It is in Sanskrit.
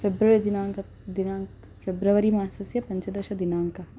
फ़ेब्रवरि दिनाङ्कः दिनाङ्कः फ़ेब्रवरि मासस्य पञ्चदशदिनाङ्कः